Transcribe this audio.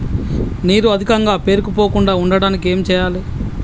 నీరు అధికంగా పేరుకుపోకుండా ఉండటానికి ఏం చేయాలి?